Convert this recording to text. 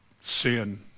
sin